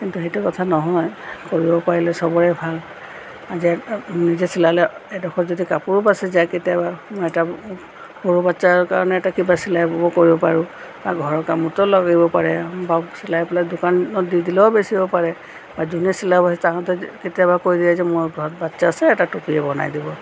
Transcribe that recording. কিন্তু সেইটো কথা নহয় কৰিব পাৰিলে চবৰে ভাল আজি নিজে চিলালে এডখৰ যদি কাপোৰো বাচি যায় কেতিয়াবা এটা সৰু বাচ্চাৰ কাৰণে এটা কিবা চিলাব কৰিব পাৰোঁ বা ঘৰৰ কামতো লাগিব পাৰে বা চিলাই পেলাই দোকানত দি দিলেও বেচিব পাৰে বা যোনে চিলাব সেই তাহঁতে কেতিয়াবা কৈ যায় যে মোৰ ঘৰত বাচ্চা আছে এটা টুপিয়ে বনাই দিব